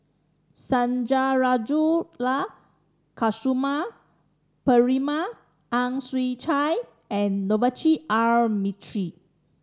Sundarajulu Lakshmana Perumal Ang Chwee Chai and Navroji R Mistri